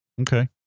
Okay